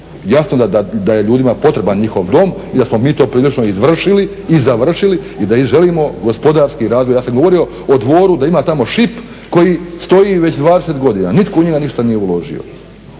jasno da je ljudima potreban njihov dom i da smo mi to prilično izvršili i završili, i da želimo gospodarski razvoj. Ja sam govorio o Dvoru da ima tamo ŠIP koji stoji već 20 godina, nitko u njega ništa nije uložio.